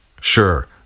Sure